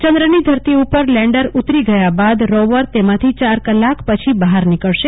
ચં દ્રની ધરતી ઉપર લેન્ડર ઉતરી ગયા બાદ રોવર તેમાંથી ચાર કલાક પછી બહાર નોકળશે